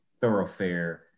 thoroughfare